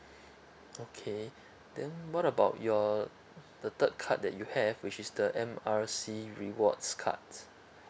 okay then what about your the third card that you have which is the M R C rewards cards